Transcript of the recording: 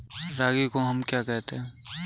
रागी को हम क्या कहते हैं?